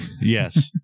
Yes